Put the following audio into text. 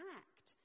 act